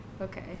Okay